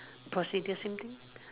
procedure same thing